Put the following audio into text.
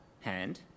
hand